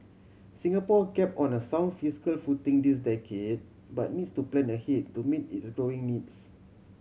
Singapore kept on a sound fiscal footing this decade but needs to plan ahead to meet its growing needs